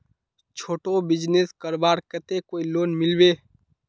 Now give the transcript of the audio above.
छोटो बिजनेस करवार केते कोई लोन मिलबे?